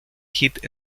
hit